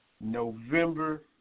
November